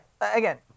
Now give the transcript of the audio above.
again